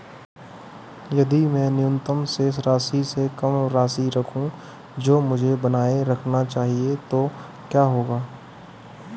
यदि मैं न्यूनतम शेष राशि से कम राशि रखूं जो मुझे बनाए रखना चाहिए तो क्या होगा?